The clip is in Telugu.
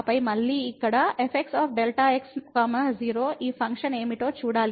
ఆపై మళ్ళీ ఇక్కడ fxΔx 0 ఈ ఫంక్షన్ ఏమిటో చూడాలి